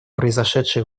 произошедшие